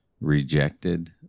rejected